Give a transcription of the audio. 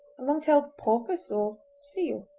a long-tailed porpoise or seal.